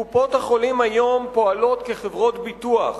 קופות-החולים היום פועלות כחברות ביטוח